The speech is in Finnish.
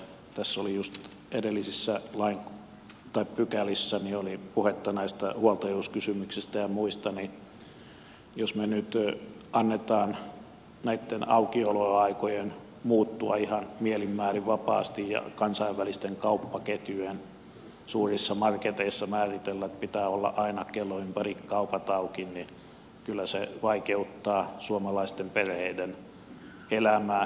kun tässä oli just edellisissä pykälissä puhetta näistä huoltajuuskysymyksistä ja muista niin jos me nyt annamme näitten aukioloaikojen muuttua ihan mielin määrin vapaasti ja kansainvälisten kauppaketjujen suurissa marketeissa määritellä että pitää olla aina kellon ympäri kauppojen auki niin kyllä se vaikeuttaa suomalaisten perheiden elämää